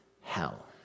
hell